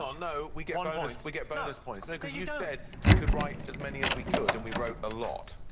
um no, we get we get bonus points, cos like ah you said we could write as many as we could, and we wrote a lot.